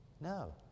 No